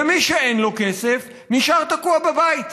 ומי שאין לו כסף נשאר תקוע בבית.